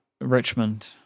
Richmond